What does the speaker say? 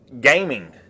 gaming